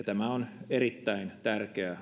tämä on erittäin tärkeä